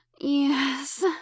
yes